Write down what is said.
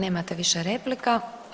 Nemate više replika.